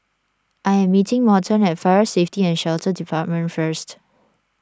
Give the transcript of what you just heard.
I am meeting Morton at Fire Safety and Shelter Department first